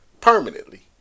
permanently